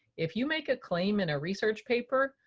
if you make a claim in a research paper,